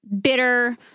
bitter